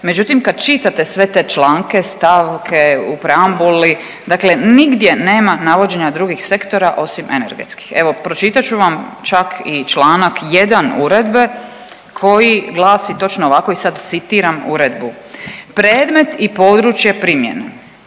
Međutim, kada čitate sve te članke, stavke u preambuli dakle nigdje nema navođenja drugih sektora osim energetskih. Evo pročitat ću vam čak i članak 1. Uredbe koji glasi točno ovako i sada citiram Uredbu: „Predmet i područje primjene